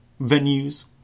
venues